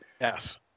Yes